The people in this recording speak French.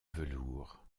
velours